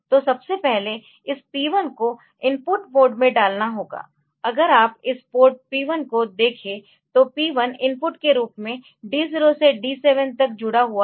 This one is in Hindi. तो सबसे पहले इस P1 को इनपुट मोड में डालना होगा अगर आप इस पोर्ट P1 को देखें तो P1 इनपुट के रूप में D0 से D7 तक जुड़ा हुआ है